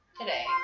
today